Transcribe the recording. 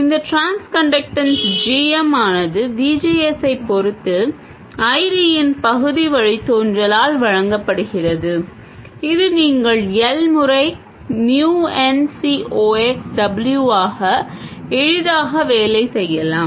இந்த transconductance gm ஆனது VGS ஐப் பொறுத்து ID இன் பகுதி வழித்தோன்றலால் வழங்கப்படுகிறது இது நீங்கள் L முறை mu n C ox W ஆக எளிதாக வேலை செய்யலாம்